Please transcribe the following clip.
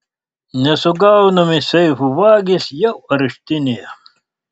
nesugaunami seifų vagys jau areštinėje